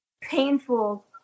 painful